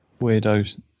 weirdos